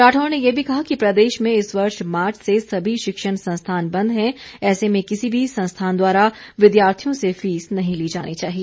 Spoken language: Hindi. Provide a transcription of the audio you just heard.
राठौर ने ये भी कहा है कि प्रदेश में इस वर्ष मार्च से सभी शिक्षण संस्थान बंद हैं ऐसे में किसी भी संस्थान द्वारा विद्यार्थियों से फीस नहीं ली जानी चाहिए